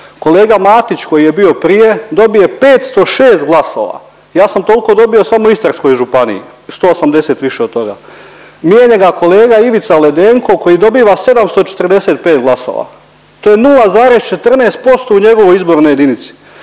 kolega Matić koji je bio prije dobije 506 glasova, ja sam tolko dobio samo u Istarskoj županiji 180 više od toga. Mijenja ga kolega Ivica Ledenko koji dobiva 745 glasova, to je 0,14% u njegovoj izbornoj jedinici.